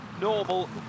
normal